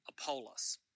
Apollos